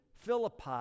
Philippi